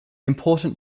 important